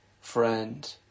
friend